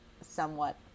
somewhat